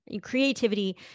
creativity